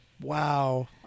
wow